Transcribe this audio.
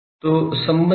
तो सम्बन्ध क्या है